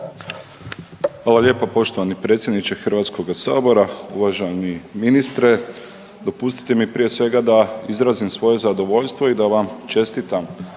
Hvala lijepo poštovani predsjedniče HS-a, uvaženi ministre. Dopustite mi, prije svega da izrazim svoje zadovoljstvo i da vam čestitam